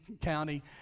County